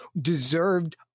deserved